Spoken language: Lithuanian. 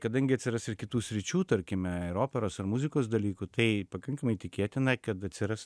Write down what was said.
kadangi atsiras ir kitų sričių tarkime ir operos ar muzikos dalykų tai pakankamai tikėtina kad atsiras